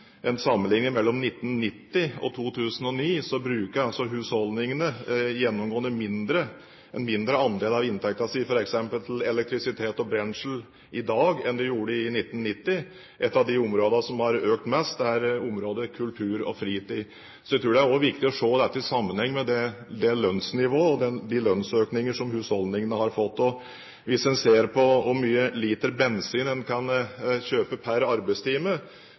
en f.eks. for seg en sammenligning mellom 1990 og 2009, så vil en se at husholdningene gjennomgående bruker en mindre andel av inntekten sin f.eks. til elektrisitet og brensel i dag enn de gjorde i 1990. Et av områdene som har økt mest, er området kultur og fritid. Så jeg tror det er viktig å se dette i sammenheng med lønnsnivået og de lønnsøkningene som husholdningene har fått. Og hvis en ser på hvor mange liter bensin en kan kjøpe per arbeidstime,